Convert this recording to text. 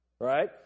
Right